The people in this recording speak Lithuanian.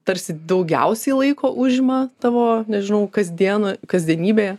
tarsi daugiausiai laiko užima tavo nežinau kasdieną kasdienybėje